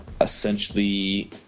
Essentially